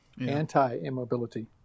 anti-immobility